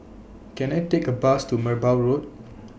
Can I Take A Bus to Merbau Road